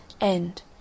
End